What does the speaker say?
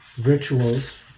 rituals